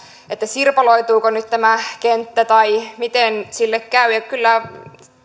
sirpaloituuko nyt tämä kenttä tai miten sille käy kyllä